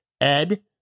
Ed